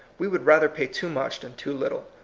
we would rather pay too much than too little.